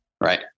Right